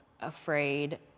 afraid